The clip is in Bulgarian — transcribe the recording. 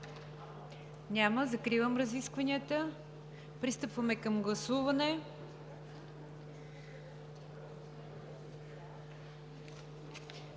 Няма. Закривам разискванията. Пристъпваме към гласуване.